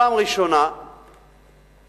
פעם ראשונה זה